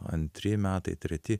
antri metai treti